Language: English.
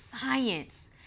science